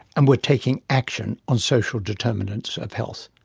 and were taking action on social determinants of health.